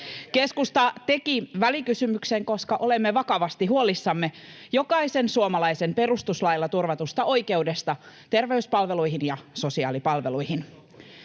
Keskusta teki välikysymyksen, koska olemme vakavasti huolissamme jokaisen suomalaisen perustuslailla turvatusta oikeudesta terveyspalveluihin ja sosiaalipalveluihin.